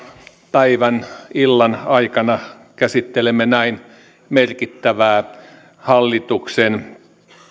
päivän illan aikana käsittelemme näin merkittävää hallituksen